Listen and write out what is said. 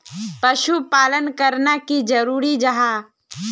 पशुपालन करना की जरूरी जाहा?